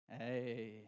Hey